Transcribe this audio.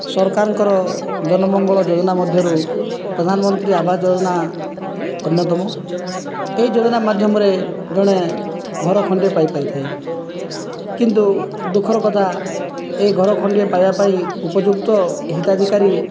ସରକାରଙ୍କର ଜନ ମଙ୍ଗଳ ଯୋଜନା ମଧ୍ୟରୁ ପ୍ରଧାନ ମନ୍ତ୍ରୀ ଆବାସ ଯୋଜନା ଅନ୍ୟତମ ଏହି ଯୋଜନା ମାଧ୍ୟମରେ ଜଣେ ଘର ଖଣ୍ଡିଏ ପାଇପାରିଥାଏ କିନ୍ତୁ ଦୁଃଖର କଥା ଏ ଘର ଖଣ୍ଡିଏ ପାଇବା ପାଇଁ ଉପଯୁକ୍ତ ହିତାଧିକାରୀ